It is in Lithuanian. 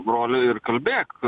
broli ir kalbėk